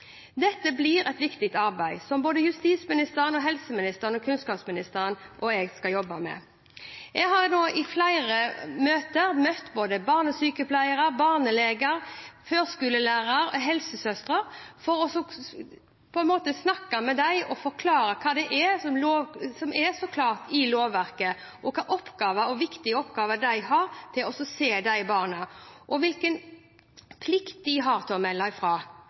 Dette blir et viktig arbeid som både justisministeren, helseministeren, kunnskapsministeren og jeg skal jobbe med. Jeg har nå i flere møter møtt både barnesykepleiere, barneleger, førskolelærere og helsesøstre for å snakke med dem og forklare hva det er som er så klart i lovverket, hvilke viktige oppgaver de har med å se de barna, og hvilken plikt de har til å melde